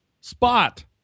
Spot